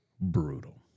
brutal